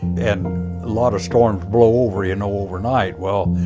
and lot of storms blow over, you know, overnight. well,